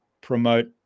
promote